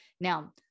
Now